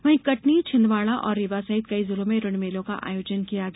वहीं कटनी छिंदवाड़ा और रीवा सहित कई जिलों में ऋण मेलों का आयोजन किया गया